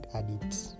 addicts